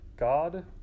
God